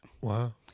Wow